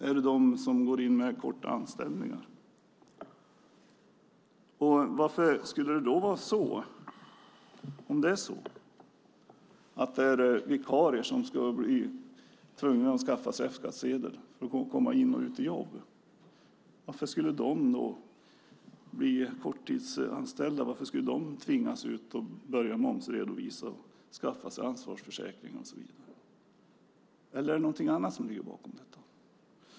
Är det de som går in i korta anställningar? Om det är vikarier som skulle bli tvungna att skaffa F-skattsedel för att kunna gå ut och in i jobb som korttidsanställda, varför skulle de tvingas ut och börja momsredovisa, skaffa sig ansvarsförsäkring och så vidare? Är det något annat som ligger bakom detta?